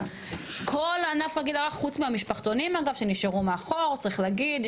כל ענף הגיל הרך חוץ מהמשפחתונים אגב שנשארו מאחור צריך להגיד,